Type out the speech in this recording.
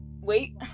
wait